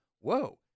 whoa